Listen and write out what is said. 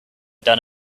done